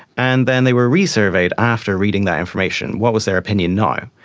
and then they were resurveyed after reading that information what was their opinion now?